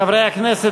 חברי הכנסת,